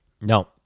No